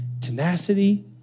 tenacity